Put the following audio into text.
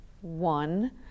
one